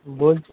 বলছি